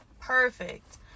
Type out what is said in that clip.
Perfect